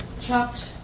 chopped